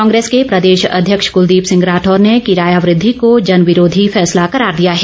कांग्रेस के प्रदेशाध्यक्ष कुलदीप सिंह राठौर ने किराया वृद्धि को जन विरोधी फैसला करार दिया है